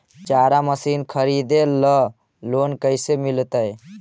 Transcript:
चारा मशिन खरीदे ल लोन कैसे मिलतै?